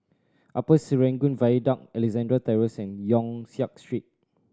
Upper Serangoon Viaduct Alexandra Terrace and Yong Siak Street